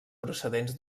procedents